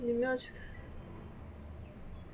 你没有去